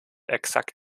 exakt